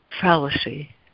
fallacy